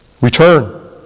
Return